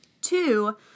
Two